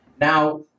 Now